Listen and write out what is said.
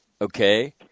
okay